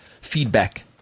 feedback